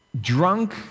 drunk